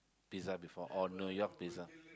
pizza before or New-York pizza